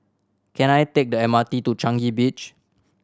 can I take the M R T to Changi Beach